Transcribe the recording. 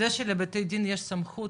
זה שלבתי דין יש סמכות,